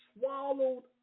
swallowed